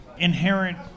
inherent